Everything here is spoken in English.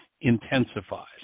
intensifies